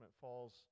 falls